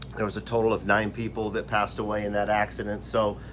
there was a total of nine people that passed away in that accident, so